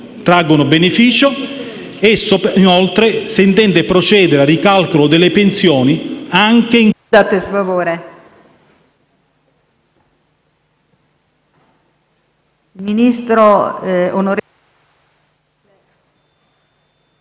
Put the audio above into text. traggono beneficio e, inoltre, se intende procedere al ricalcolo delle pensioni anche…